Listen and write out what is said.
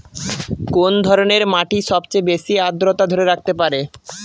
কোন ধরনের মাটি সবচেয়ে বেশি আর্দ্রতা ধরে রাখতে পারে?